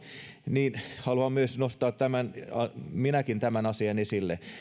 niin haluan minäkin nostaa tämän asian esille